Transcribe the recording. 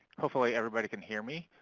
hopefully everybody can hear me.